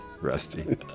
Rusty